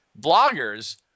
bloggers